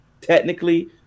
technically